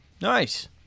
Nice